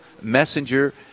Messenger